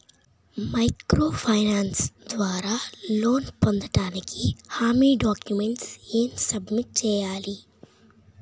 Micro finance ద్వారా loan పొందటానికి హామీ డాక్యుమెంట్స్ ఎం సబ్మిట్ చేయాలి?